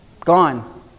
Gone